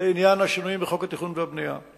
לעניין השינויים בחוק התכנון והבנייה.